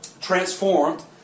transformed